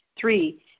Three